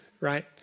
right